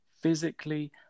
physically